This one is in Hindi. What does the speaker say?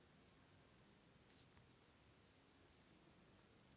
कोल्ड स्टोरेज की नमी कितनी होनी चाहिए?